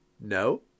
no